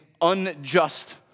unjust